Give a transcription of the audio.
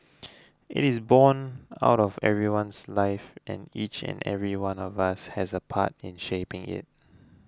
it is borne out of everyone's life and each and every one of us has a part in shaping it